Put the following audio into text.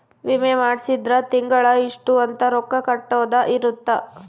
ವಿಮೆ ಮಾಡ್ಸಿದ್ರ ತಿಂಗಳ ಇಷ್ಟ ಅಂತ ರೊಕ್ಕ ಕಟ್ಟೊದ ಇರುತ್ತ